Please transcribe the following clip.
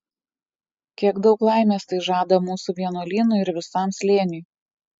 kiek daug laimės tai žada mūsų vienuolynui ir visam slėniui